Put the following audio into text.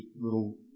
little